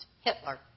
Hitler